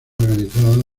organizadas